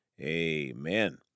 Amen